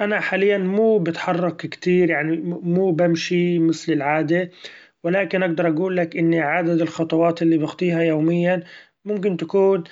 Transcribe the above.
أنا حاليا مو بتحرك كتير يعني مو بمشي مثل العادة ،ولكن اقدر اقولك إني عدد الخطوات اللي بخطيها يوميا ممكن تكون